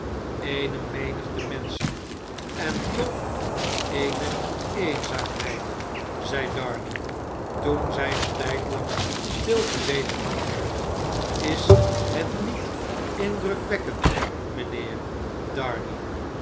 eene menigte menschen en toch eene eenzaamheid zei darnay toen zjj een tjjdlang stil gezeten hadden is het niet indrukwekkend mjjnheer darvoetstappen